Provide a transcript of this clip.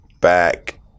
back